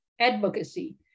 advocacy